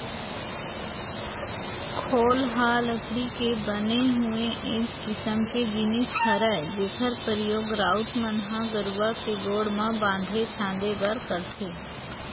खोल ह लकड़ी के बने हुए एक किसम के जिनिस हरय जेखर परियोग राउत मन ह गरूवा के गोड़ म बांधे छांदे बर करथे